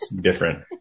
different